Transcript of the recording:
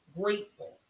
grateful